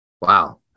Wow